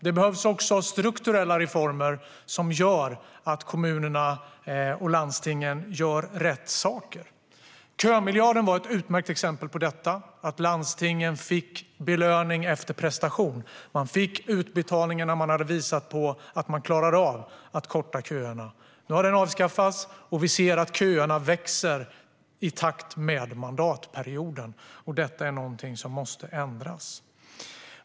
Det behövs också strukturella reformer som gör att kommunerna och landstingen gör rätt saker. Kömiljarden var ett utmärkt exempel på detta. Landstingen fick belöning efter prestation. Man fick utbetalningen när man hade visat att man klarade av att korta köerna. Nu har den avskaffats, och vi ser att köerna växer i takt med att mandatperioden fortskrider. Detta är någonting som måste ändras.